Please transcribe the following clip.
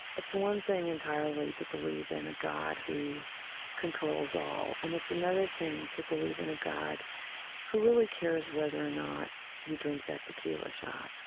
it's one thing entirely to believe in a god who controls all, and it's another thing to believe in a god who really cares whether or not you drink that tequila shot.